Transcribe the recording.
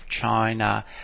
China